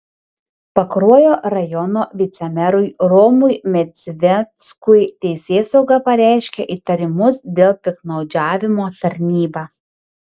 pakruojo rajono vicemerui romui medzveckui teisėsauga pareiškė įtarimus dėl piktnaudžiavimo tarnyba